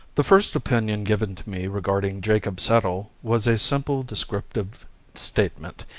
the first opinion given to me regarding jacob settle was a simple descriptive statement,